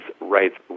rights